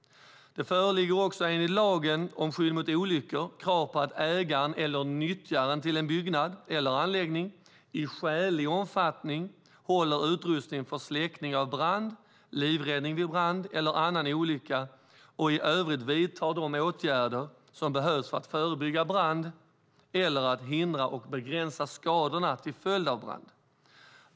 Det föreligger också enligt lagen om skydd mot olyckor krav på att ägaren eller nyttjaren till en byggnad eller anläggning i skälig omfattning håller utrustning för släckning av brand, livräddning vid brand eller annan olycka och i övrigt vidtar de åtgärder som behövs för att förebygga brand eller att hindra eller begränsa skadorna till följd av brand.